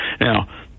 Now